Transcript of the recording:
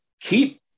Keep